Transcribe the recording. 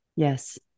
Yes